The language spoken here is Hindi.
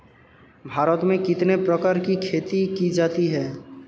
भारत में कितने प्रकार की खेती की जाती हैं?